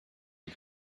you